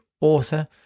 author